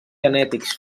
genètics